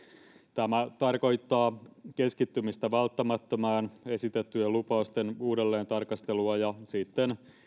tämä tarkoittaa keskittymistä välttämättömään esitettyjen lupausten uudelleentarkastelua ja sitten